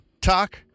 talk